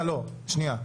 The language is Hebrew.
לא, שנייה.